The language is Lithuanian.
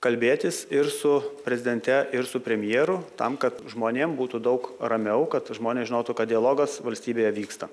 kalbėtis ir su prezidente ir su premjeru tam kad žmonėm būtų daug ramiau kad žmonės žinotų kad dialogas valstybėje vyksta